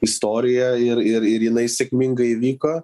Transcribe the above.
istorija ir ir ir jinai sėkmingai įvyko